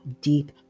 deep